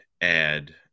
add